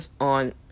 on